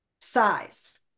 size